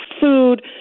food